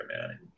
man